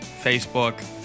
Facebook